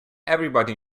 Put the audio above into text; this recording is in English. everybody